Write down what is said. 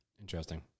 interesting